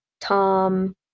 Tom